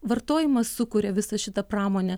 vartojimas sukuria visą šitą pramonę